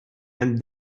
and